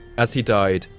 as he died,